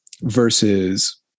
versus